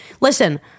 listen